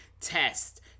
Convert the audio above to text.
test